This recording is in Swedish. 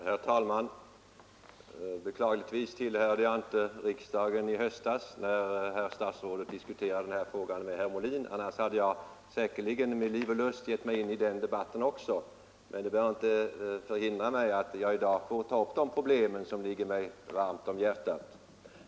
Herr talman! Beklagligtvis tillhörde jag inte riksdagen i höstas när statsrådet diskuterade denna fråga med herr Molin — annars hade jag säkerligen med liv och lust gett mig in i den debatten också — men det bör väl inte hindra att jag i dag tar upp de problem som ligger mig varmt om hjärtat.